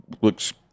looks